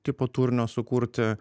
tipo turinio sukurti